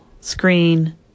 screen